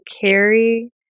carry